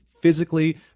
physically